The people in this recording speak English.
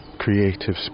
Creative